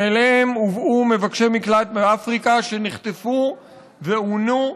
שאליהם הובאו מבקשי מקלט מאפריקה, שנחטפו ועונו,